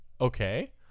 Okay